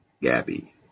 Gabby